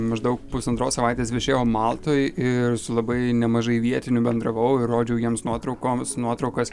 maždaug pusantros savaitės viešėjau maltoj ir su labai nemažai vietinių bendravau ir rodžiau jiems nuotraukoms nuotraukas